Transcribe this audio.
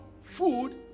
food